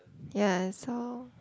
ya so